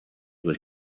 was